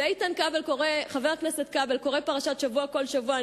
איתן כבל קורא פרשת השבוע כל שבוע,